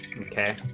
Okay